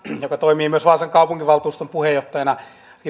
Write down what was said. joka toimii myös vaasan kaupunginvaltuuston puheenjohtajana